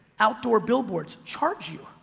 outdoor billboards charge you.